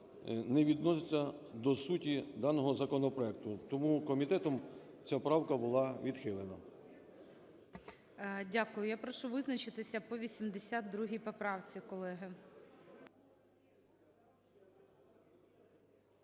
не відноситься до суті даного законопроекту. Тому комітетом ця правка була відхилена. ГОЛОВУЮЧИЙ. Дякую. Я прошу визначитися по 82 поправці, колеги.